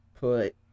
Put